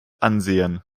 ansehen